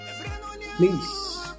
Please